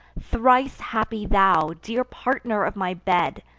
thrice happy thou, dear partner of my bed,